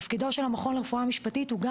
תפקידו של המכון לרפואה משפטית הוא גם